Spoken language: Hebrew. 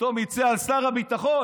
פתאום יצא על שר הביטחון,